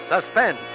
Suspense